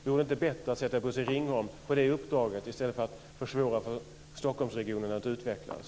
Vore det inte bättre att sätta Bosse Ringholm på det uppdraget i stället för att försvåra för Stockholmsregionen att utvecklas?